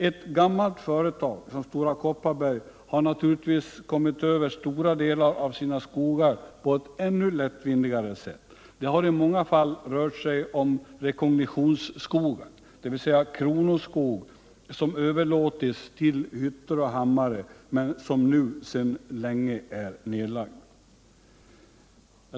Ett gammalt företag som Stora Kopparberg har naturligtvis kommit över stora delar av sina skogar på ett ännu lättvindigare sätt. Det har i många fall rört sig om rekognitionsskogar, dvs. kronoskog som överlåtits till hyttor och hammare, vilka nu sedan länge är nedlagda.